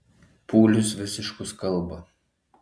pūlius visiškus kalba